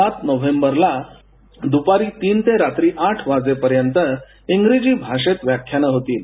सात नोव्हेंबरला दुपारी तीन ते रात्री आठ वाजेपर्यंत इंग्रजि भाषेत व्याख्यानं होतील